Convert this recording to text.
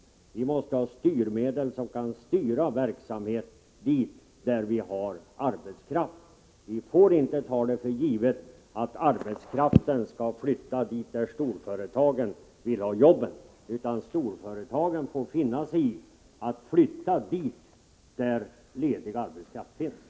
Vi måste ha styrmedel som kan styra verksamhet dit där vi har arbetskraft. Vi får inte ta för givet att arbetskraften skall flytta dit där storföretagen vill ha jobben, utan storföretagen får finna sig i att flytta dit där ledig arbetskraft finns.